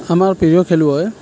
আমাৰ প্ৰিয় খেলুৱৈ